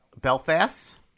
Belfast